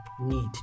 need